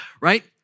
right